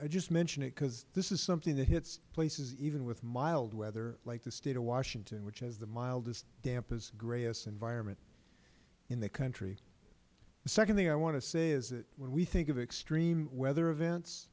just mention it because this is something that hits places even with mild weather like the state of washington which has the mildest dampest grayest environment in the country the second thing i want to say is that when we think of extreme weather events